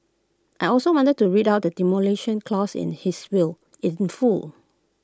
I also wanted to read out the Demolition Clause in his will in full